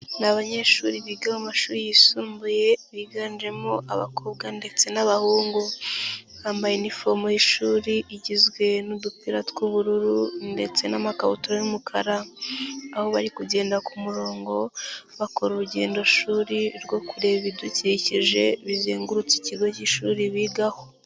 Ni abanyeshuri biga mu mumashuri yisumbuye biganjemo abakobwa ndetse n'abahungu, bambaye inifomu y'ishuri igizwe n'udupira tw'ubururu ndetse n'amakabutura y'umukara aho bari kugenda ku murongo bakora urugendoshuri rwo kureba ibidukikije bizengurutse ikigo k'ishuri bigaho.